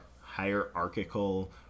hierarchical